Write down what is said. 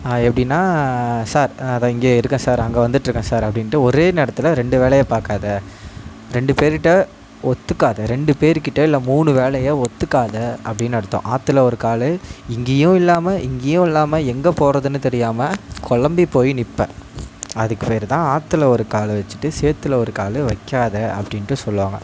எப்படினா சார் இங்கே இருக்கேன் சார் அங்கே வந்துட்டிருக்கேன் சார் அப்படின்ட்டு ஒரு நேரத்தில் ரெண்டு வேலையை பார்க்காத ரெண்டு பேருகிட்ட ஒத்துக்காதே ரெண்டு பேர் கிட்ட இல்லை மூணு வேலையை ஒத்துக்காதே அப்படின்னு அர்த்தம் ஆற்றில ஒரு கால் இங்கேயும் இல்லாமல் இங்கேயும் இல்லால் எங்கே போகிறதுன்னு தெரியாமல் குழம்பி போய் நிற்ப அதுக்கு பேர்தான் ஆற்றில ஒரு காலை வச்சுட்டு சேற்றில ஒரு கால் வைக்காத அப்படின்ட்டு சொல்வாங்க